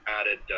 added